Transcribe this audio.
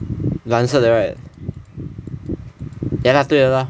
蓝色的 right ya lah 对了 loh